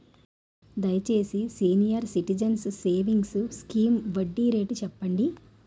దయచేసి senior citizens savings scheme వడ్డీ rate చెప్పండి